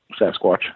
Sasquatch